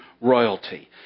Royalty